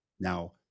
Now